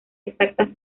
exactas